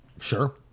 Sure